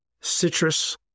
citrus